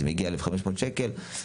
זה מגיע ל-1,500 ₪,